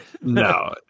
no